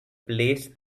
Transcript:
placed